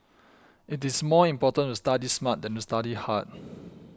it is more important to study smart than to study hard